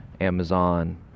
Amazon